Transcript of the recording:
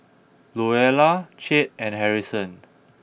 Louella Chet and Harrison